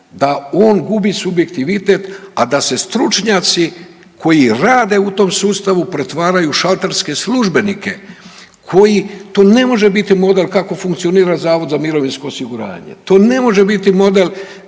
da on gubi subjektivitet, a da se stručnjaci koji rade u tom sustavu pretvaraju u šalterske službenike koji, to ne može biti model kako funkcionira Zavod za mirovinsko osiguranje. To ne može biti model